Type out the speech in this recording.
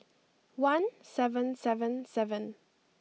one seven seven seven